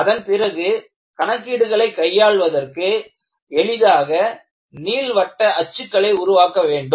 அதன் பிறகு கணக்கீடுகளை கையாள்வதற்கு எளிதாக நீள்வட்ட அச்சுகளை உருவாக்க வேண்டும்